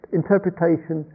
interpretation